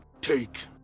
take